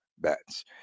bets